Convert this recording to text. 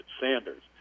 Sanders